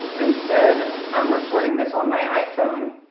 instead, i'm recording this on my iphone,